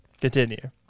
continue